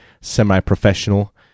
semi-professional